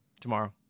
Tomorrow